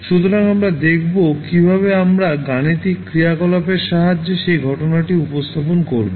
সুতরাং আমরা দেখব কীভাবে আমরা গাণিতিক ক্রিয়াকলাপের সাহায্যে সেই ঘটনাটি উপস্থাপন করব